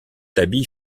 habit